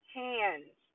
hands